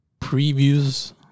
previews